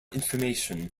information